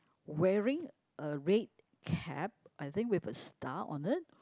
wearing a red cap I think with a star on it